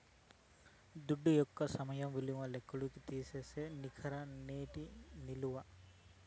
దుడ్డు యొక్క సమయ విలువను లెక్కల్లోకి తీసేదే నికర నేటి ఇలువ